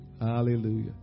hallelujah